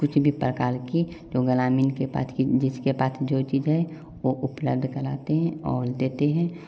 कुछ भी प्रकार की तो ग्रामीण के पास की जिसके पास जो चीज है वो उपलब्ध कराते है और देते हैं